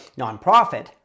nonprofit